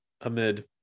Amid